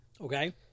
Okay